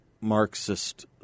Marxist